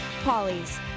Polly's